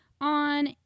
on